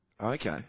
Okay